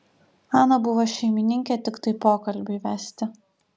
ana buvo šeimininkė tiktai pokalbiui vesti